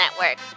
Network